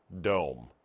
Dome